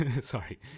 sorry